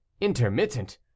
intermittent